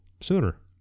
sooner